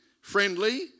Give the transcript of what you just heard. friendly